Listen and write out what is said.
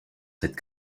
cette